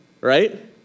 right